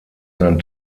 sein